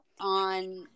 on